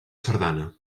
sardana